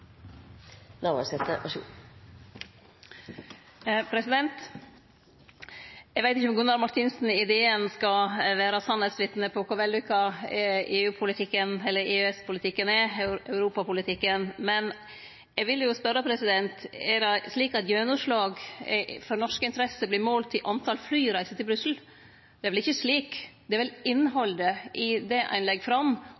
Eg veit ikkje om Gunnar Martinsen i DN skal vere sanningsvitne på kor vellukka europapolitikken – EU/EØS-politikken – er, men eg vil spørje: Er det slik at gjennomslag for norske interesser vert målt i talet på flyreiser til Brussel? Det er vel ikkje slik. Det er vel